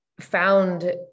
found